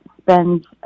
spends